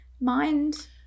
Mind